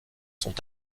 sont